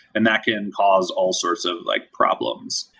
and that can cause all sorts of like problems.